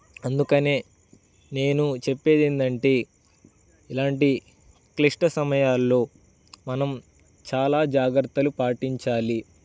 అందుకనే నేను చెప్పేది ఏంటంటే ఇలాంటి క్లిష్ట సమయాల్లో మనం చాలా జాగ్రత్తలు పాటించాలి